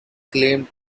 claimed